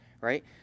right